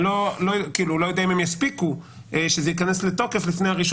אני לא יודע אם הם יספיקו שזה ייכנס לתוקף לפני 1